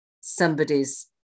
somebody's